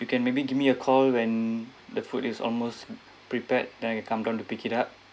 you can maybe give me a call when the food is almost prepared then I'll come down to pick it up